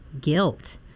guilt